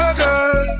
girl